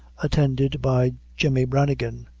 attended by jemmy branigan.